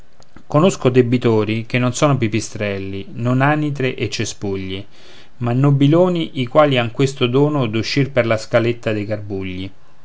conosco debitori che non sono pipistrelli non anitre e cespugli ma nobiloni i quali han questo dono d'uscir per la scaletta dei garbugli